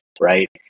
right